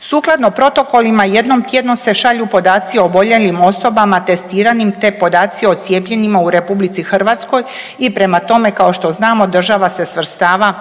Sukladno protokolima jednom tjedno se šalju podaci o oboljelim osobama, testiranim, te podaci o cijepljenima u Republici Hrvatskoj i prema tome kao što znamo država se svrstava u